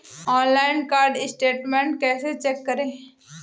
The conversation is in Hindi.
ऑनलाइन कार्ड स्टेटमेंट कैसे चेक करें?